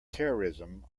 terrorism